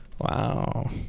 Wow